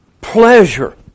pleasure